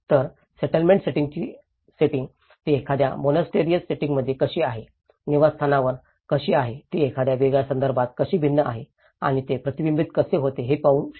तर सेटलमेंट सेटिंगची सेटिंग ती एखाद्या मोनास्टरीएसातील सेटिंगमध्ये कशी आहे निवासस्थानावर कशी आहे ती एखाद्या वेगळ्या संदर्भात कशी भिन्न आहे आणि ते प्रतिबिंबित कसे होते ते हे आपण पाहू शकतो